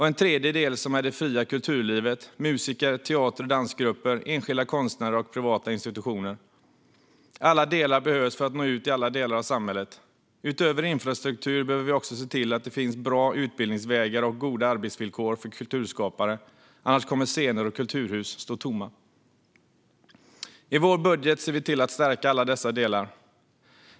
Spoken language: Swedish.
Den tredje delen är det fria kulturlivet, med musiker, teater och dansgrupper, enskilda konstnärer och privata institutioner. Alla delar behövs för att nå ut i alla delar av samhället. Utöver infrastruktur behöver vi också se till att det finns bra utbildningsvägar och goda arbetsvillkor för kulturskapare. Annars kommer scener och kulturhus att stå tomma. I vår budget ser vi till att stärka alla dessa delar.